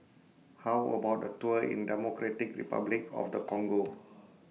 How about A Tour in Democratic Republic of The Congo